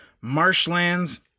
marshlands